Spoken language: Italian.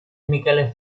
michele